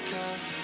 Cause